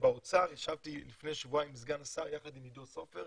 ישבתי באוצר לפני שבועיים עם סגן השר ויחד עם עידו סופר,